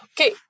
Okay